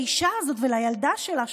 לאישה הזאת ולילדה שלה,